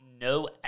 no